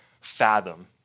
fathom